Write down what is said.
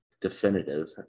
definitive